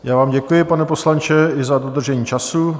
Já vám děkuji, pane poslanče i za dodržení času.